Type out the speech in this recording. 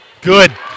Good